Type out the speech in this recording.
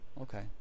Okay